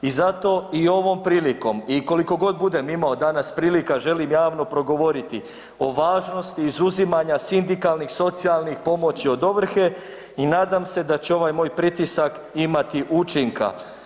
I zato i ovom prilikom i koliko god budem imao danas prilika želim javno progovoriti o važnosti izuzimanja sindikalnih socijalnih pomoći od ovrhe i nadam se da će ovaj moj pritisak imati učinka.